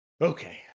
Okay